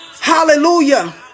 Hallelujah